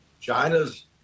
China's